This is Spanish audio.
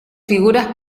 figuras